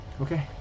Okay